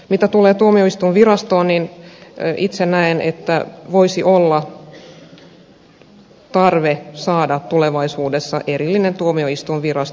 mitä tulee tuomioistuinvirastoon niin itse näen että voisi olla tarve saada tulevaisuudes sa erillinen tuomioistuinvirasto